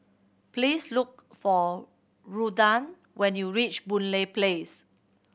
please look for Ruthann when you reach Boon Lay Place